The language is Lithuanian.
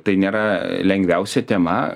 tai nėra lengviausia tema